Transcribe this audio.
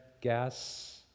gas